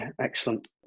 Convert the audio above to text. excellent